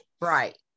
right